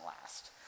last